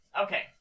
Okay